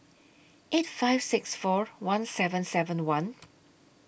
eight five six four one seven seven one